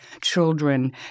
children